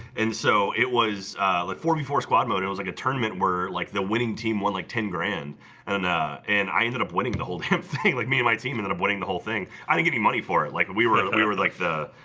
and so it was like four before squad mode it was like a tournament were like the winning team won like ten grand and and ah and i ended up winning the whole damn thing like me and my team ended up winning the whole thing i didn't get any money for it like we were we were like the